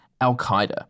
Al-Qaeda